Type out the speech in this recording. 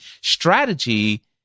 Strategy